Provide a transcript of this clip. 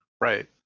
Right